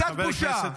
קצת בושה.